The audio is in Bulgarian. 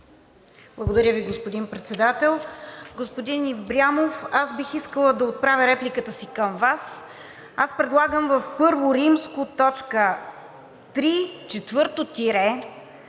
Благодаря Ви, господин Председател. Господин Ибрямов, аз бих искала да отправя репликата си към Вас. Аз предлагам в I., т.